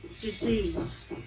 disease